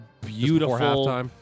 beautiful